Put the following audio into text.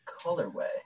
colorway